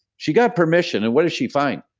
she got permission, and what did she find?